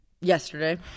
yesterday